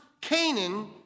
Canaan